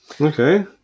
okay